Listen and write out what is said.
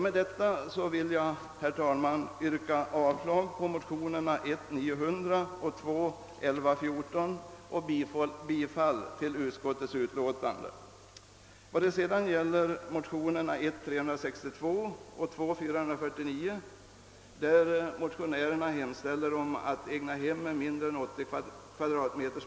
Med detta vill jag, herr talman, yrka När det sedan gäller motionerna I: 362 och II: 449, där motionärerna hemställer om att egnahem med mindre än 80 m?